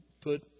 put